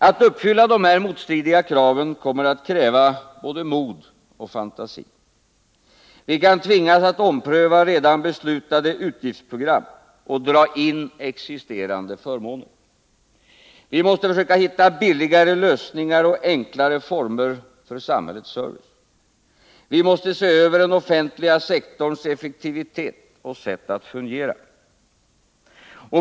Att uppfylla de här motstridiga kraven kommer att kräva både mod och fantasi. Vi kan tvingas att ompröva redan beslutade utgiftsprogram och dra in existerande förmåner. Vi måste försöka hitta billigare lösningar och enklare former för samhällets service. Vi måste se över den offentliga sektorns effektivitet och sätt att fungera.